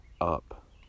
up